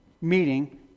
meeting